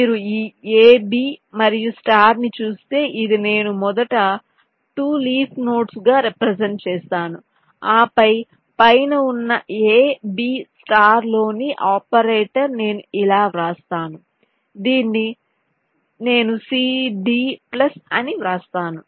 మీరు ఈ AB మరియు స్టార్ ని చూస్తే ఇది నేను మొదట 2 లీఫ్ నోడ్స్ గా రెప్రెసెంట్ చేస్తాను ఆపై పైన ఉన్న AB స్టార్లోని ఆపరేటర్ నేను ఇలా వ్రాస్తాను దీన్ని నేను CD ప్లస్ అని వ్రాస్తాను